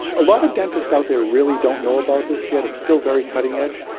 a lot of dentists out there really don't know about this yet, it's still very cutting edge,